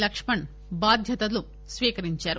లక్ష్మణ్ బాధ్యతలు స్వీకరించారు